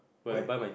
where